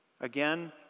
again